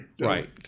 Right